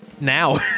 now